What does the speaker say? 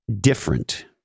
different